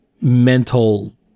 mental